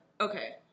okay